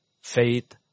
Faith